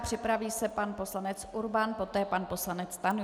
Připraví se pan poslanec Urban, poté pan poslanec Stanjura.